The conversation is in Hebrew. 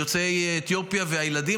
יוצאי אתיופיה והילדים,